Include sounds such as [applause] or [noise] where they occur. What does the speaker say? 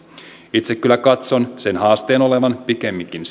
itse kyllä katson haasteen olevan pikemminkin [unintelligible]